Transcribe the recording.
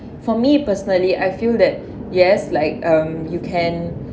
for me personally I feel that yes like um you can